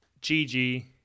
Gigi